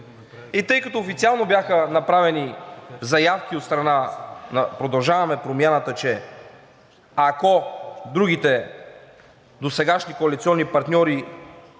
И тъй като официално бяха направени заявки от страна на „Продължаваме Промяната“, че ако другите досегашни коалиционни партньори